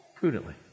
prudently